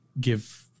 give